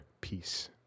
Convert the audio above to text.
peace